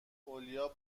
اولیاء